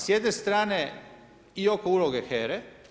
S jedne strane i oko uloge HERA-e.